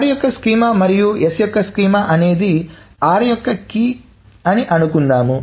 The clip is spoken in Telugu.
R యొక్క స్కీమా మరియు s యొక్క స్కీమా అనేది r యొక్క కిఅని అనుకుందాం